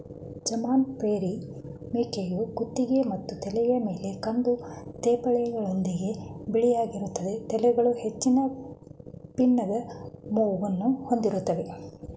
ಜಮ್ನಾಪರಿ ಮೇಕೆಯು ಕುತ್ತಿಗೆ ಮತ್ತು ತಲೆಯ ಮೇಲೆ ಕಂದು ತೇಪೆಗಳೊಂದಿಗೆ ಬಿಳಿಯಾಗಿರ್ತದೆ ತಲೆಗಳು ಹೆಚ್ಚು ಪೀನದ ಮೂಗು ಹೊಂದಿರ್ತವೆ